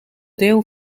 deel